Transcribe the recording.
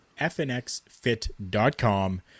fnxfit.com